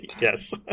Yes